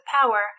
power